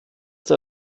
der